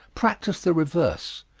practise the reverse.